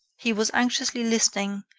he was anxiously listening,